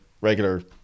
regular